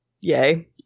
yay